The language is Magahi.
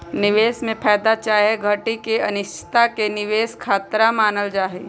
निवेश में फयदा चाहे घटि के अनिश्चितता के निवेश खतरा मानल जाइ छइ